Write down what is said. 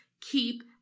keep